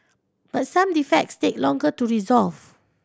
but some defects take longer to resolve